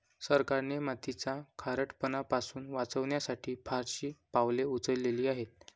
सरकारने मातीचा खारटपणा पासून वाचवण्यासाठी फारशी पावले उचलली आहेत